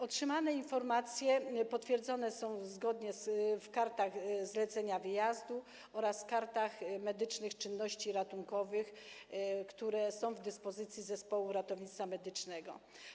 Otrzymane informacje potwierdzone są zgodnie w kartach zlecenia wyjazdu oraz kartach medycznych czynności ratunkowych, które są w dyspozycji zespołu ratownictwa medycznego.